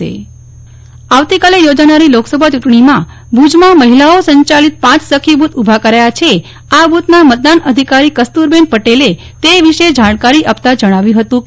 નેહ્લ ઠક્કર સખી booth byte આવતીકાલે યોજાનારી લોકસભા ચુંટણીમાં ભુજમાં મહિલાઓ સંચાલિત પ સખી બૂથ ઉભા કરાયા છે આ બુથના મતદાન અધિકારી કસ્તુરબેન પટેલે તે વિશે જાણકારી આપતા જણાવ્યું હતું કે